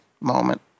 moment